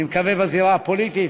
אני מקווה בזירה הפוליטית,